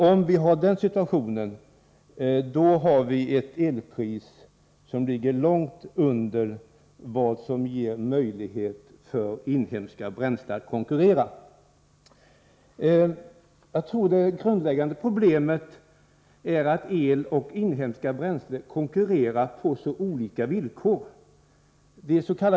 Om vi har den situationen, har vi ett elpris som ligger långt under vad som ger möjlighet för inhemska bränslen att konkurrera. Jag tror att det grundläggande problemet är att el och inhemska bränslen konkurrerar på så olika villkor.